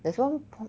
there's one